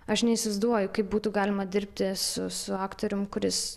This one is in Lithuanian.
aš neįsivaizduoju kaip būtų galima dirbti su su aktorium kuris